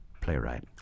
playwright